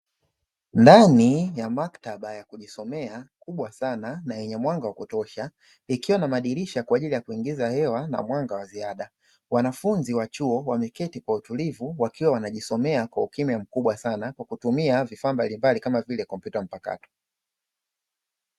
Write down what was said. Ndani ya maktaba ya kujisomea kubwa sana na yenye mwanga wa kutosha, ikiwa na madirisha kwa ajili ya kuingiza hewa na mwanga wa ziada. Wanafunzi wa chuo wameketi kwa utulivuu wakiwa wanajisomea kwa ukimya mkubwa sana kwa kutumia vifaa mbalimbali kama vile kompyuta mpakato.